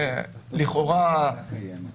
זה בכל מקרה מתועד בתלוש.